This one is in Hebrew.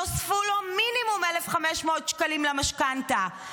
נוספו לו מינימום 1,500 שקלים למשכנתה,